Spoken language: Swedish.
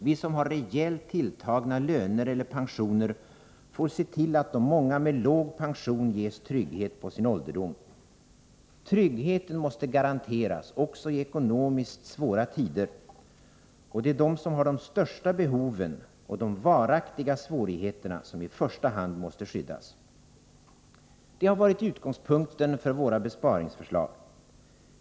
Vi som har rejält tilltagna löner eller pensioner får se till att de många med låg pension ges trygghet på sin ålderdom. Tryggheten måste garanteras också i ekonomiskt svåra tider, och det är de som har de största behoven och de varaktiga svårigheterna som i första hand måste skyddas. Det har varit utgångspunkten för våra besparingsförslag.